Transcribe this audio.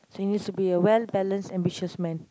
so he needs to be a well-balanced ambitious man